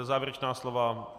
Závěrečná slova?